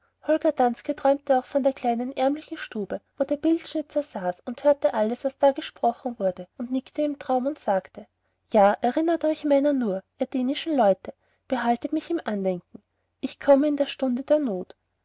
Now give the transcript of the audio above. holger danske träumte auch von der kleinen ärmlichen stube wo der bildschnitzer saß er hörte alles was da gesprochen wurde und nickte im traum und sagte ja erinnert euch meiner nur ihr dänischen leute behaltet mich im andenken ich komme in der stunde der not